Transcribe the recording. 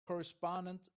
correspondent